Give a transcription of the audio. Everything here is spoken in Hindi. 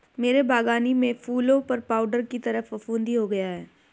मेरे बगानी में फूलों पर पाउडर की तरह फुफुदी हो गया हैं